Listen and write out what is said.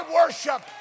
worship